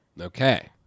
Okay